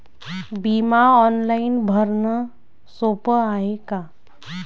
बिमा ऑनलाईन भरनं सोप हाय का?